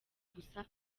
gusa